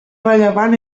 rellevant